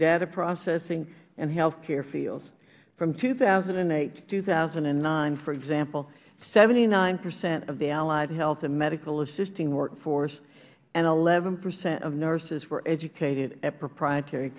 data processing and health care fields from two thousand and eight to two thousand and nine for example seventy nine percent of the allied health and medical assisting workforce and eleven percent of nurses were educated at proprietary